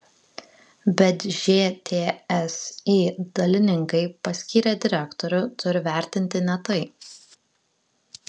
bet žtsi dalininkai paskyrę direktorių turi vertinti ne tai